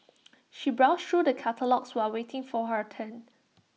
she browsed through the catalogues while waiting for her turn